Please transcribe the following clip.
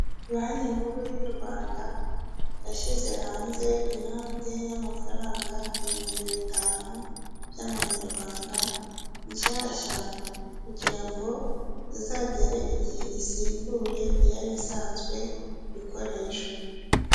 Banki nkuru y'u rwanda yashyize hanze inote y'amafaranga ibihumbi bitanu by'amanyarwanda nshyashya kugira ngo izagere igihe isimbure iyari isanzwe ikoreshwa.